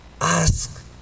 ask